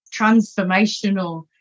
transformational